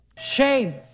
Shame